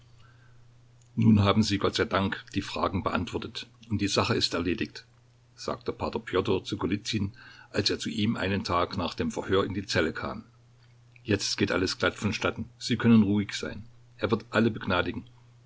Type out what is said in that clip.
nun haben sie gott sei dank die fragen beantwortet und die sache ist erledigt sagte p pjotr zu golizyn als er zu ihm einen tag nach dem verhör in die zelle kam jetzt geht alles glatt vonstatten sie können ruhig sein er wird alle begnadigen